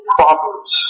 Proverbs